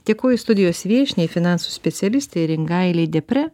dėkoju studijos viešniai finansų specialistei ringailei depre